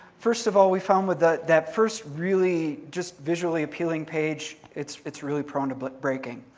first of all, we found with that first really just visually appealing page, it's it's really prone to but breaking.